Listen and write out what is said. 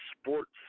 sports